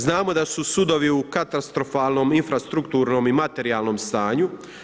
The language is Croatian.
Znamo da su sudovi u katastrofalnom infrastrukturnom i materijalnom stanju.